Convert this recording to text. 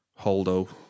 Holdo